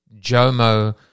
JOMO